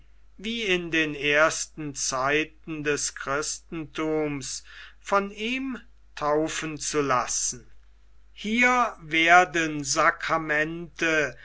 wie in den ersten zeiten des christentums von ihm taufen zu lassen hier werden sakramente